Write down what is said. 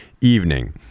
evening